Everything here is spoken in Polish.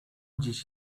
dziś